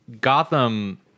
Gotham